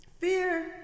fear